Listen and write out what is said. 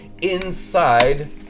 inside